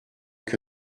que